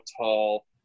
tall